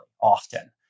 often